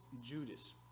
Judas